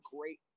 great